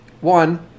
one